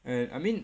and I mean